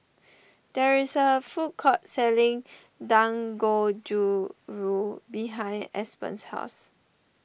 there is a food court selling Dangojiru behind Aspen's house